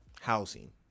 housing